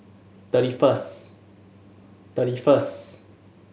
thirty first thirty first